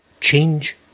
change